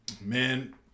man